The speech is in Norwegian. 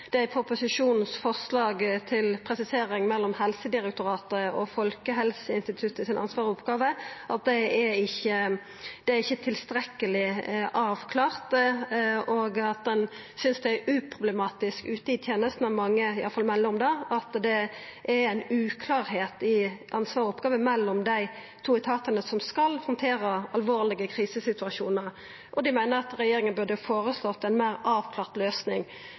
Det gjeld nettopp forslaget i proposisjonen om presisering av ansvar og oppgåver mellom Helsedirektoratet og Folkehelseinstituttet. Det er ikkje tilstrekkeleg avklart, og ein synest det er problematisk ute i tenestene. Mange melder om det, at det er ein uklarleik i ansvar og oppgåver mellom dei to etatane som skal handtera alvorlege krisesituasjonar. Dei meiner at regjeringa burde foreslått ei meir avklart løysing.